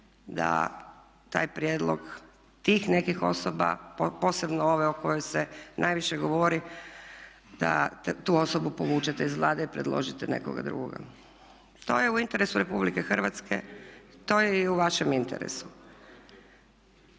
da taj prijedlog tih nekih osoba posebno ove o kojoj se najviše govori, da tu osobu povučete iz Vlade i predložite nekoga drugoga. To je u interesu Republike Hrvatske, to je i u vašem interesu.